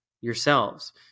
yourselves